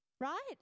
right